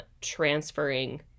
transferring